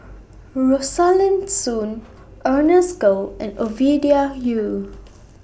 Rosaline Soon Ernest Goh and Ovidia Yu